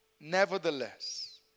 Nevertheless